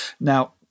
Now